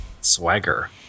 Swagger